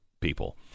people